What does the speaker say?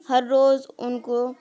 ہر روز ان کو